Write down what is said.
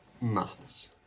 maths